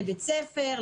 לבית הספר,